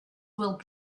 will